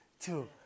two